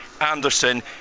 Anderson